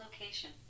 location